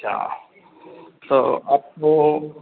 अच्छा तो आपको